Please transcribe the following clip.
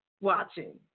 watching